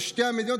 בשתי המדינות,